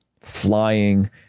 flying